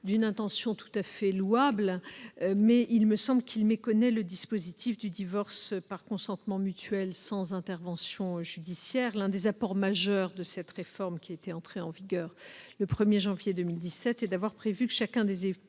d'une intention tout à fait louable, il me semble méconnaître le dispositif du divorce par consentement mutuel sans intervention judiciaire. L'un des apports majeurs de cette réforme, qui est entrée en vigueur le 1 janvier 2017, est d'avoir prévu que chacun des